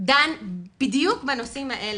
דן בדיוק בנושאים האלה,